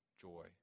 joy